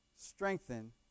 strengthen